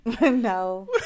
No